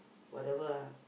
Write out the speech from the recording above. whatever ah